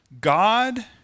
God